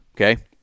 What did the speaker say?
okay